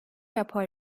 rapor